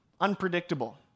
unpredictable